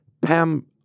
Pam